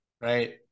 right